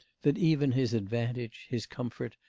that even his advantage, his comfort,